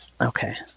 Okay